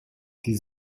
die